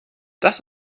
das